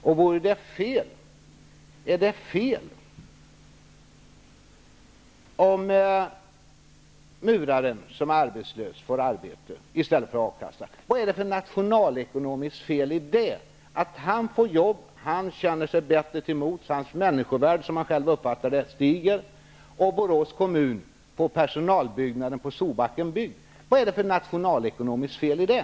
Vad för nationalekonomiskt fel ligger det i om den arbetslöse muraren får arbete i stället för A-kassa? Muraren får arbete och känner sig bättre till mods. Hans människovärde, som han själv uppfattar det, stiger och Borås kommun får personalbyggnaden på Solbacken byggd. Jag upprepar: Vad är det för nationalekonomiskt fel i det?